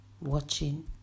watching